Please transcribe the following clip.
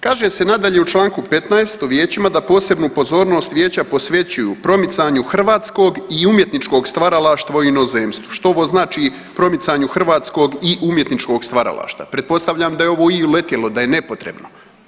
Kaže se nadalje u čl. 15 o vijećima da posebnu pozornost vijeća posvećuju promicanju hrvatskog i umjetničkog stvaralaštva u inozemstvu, što ovo znači promicanju hrvatskog i umjetničkog stvaralaštva, pretpostavljam da je ovo i uletjelo, da je nepotrebno.